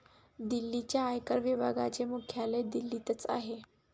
दिल्लीच्या आयकर विभागाचे मुख्यालय दिल्लीतच आहे